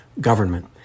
government